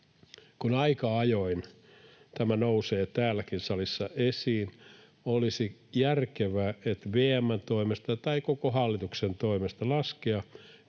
Kun aika ajoin tämä nousee täälläkin salissa esiin, olisi järkevää VM:n toimesta tai koko hallituksen toimesta laskea